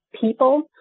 people